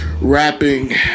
rapping